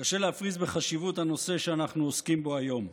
קשה להפריז בחשיבות הנושא שאנחנו עוסקים בו היום,